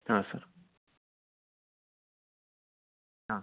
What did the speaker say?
ಹಾಂ ಸರ್ ಹಾಂ